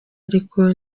ariko